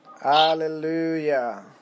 Hallelujah